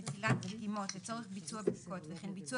12. נטילת דגימות לצורך ביצוע בדיקות וכן ביצוע